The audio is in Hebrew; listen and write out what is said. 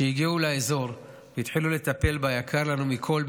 שהגיעו לאזור והתחילו לטפל ביקר לנו מכול,